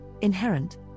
inherent